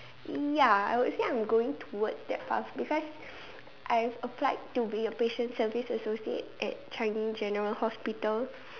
ya I would say I'm going towards that path because I've applied to be a patient service associate at Changi-general-hospital